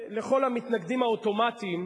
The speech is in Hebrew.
לכל המתנגדים האוטומטיים,